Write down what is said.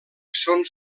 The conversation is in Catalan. són